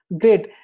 Great